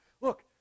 Look